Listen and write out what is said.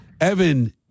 Evan